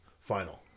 final